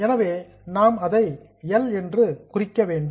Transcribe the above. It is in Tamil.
எனவே நாம் அதை எல் என்று குறிக்க வேண்டும்